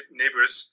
neighbors